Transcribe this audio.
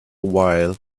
while